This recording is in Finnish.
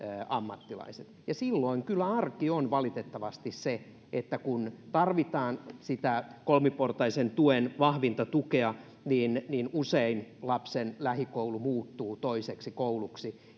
ammattilaiset silloin kyllä arki on valitettavasti se että kun tarvitaan sitä kolmiportaisen tuen vahvinta tukea niin niin usein lapsen lähikoulu muuttuu toiseksi kouluksi